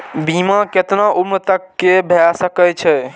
बीमा केतना उम्र तक के भे सके छै?